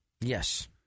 Yes